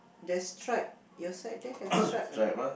there's stripe your side there have stripe or not